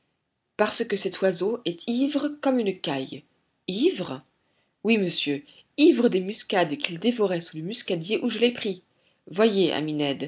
parce que cet oiseau est ivre comme une caille ivre oui monsieur ivre des muscades qu'il dévorait sous le muscadier où je l'ai pris voyez